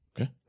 Okay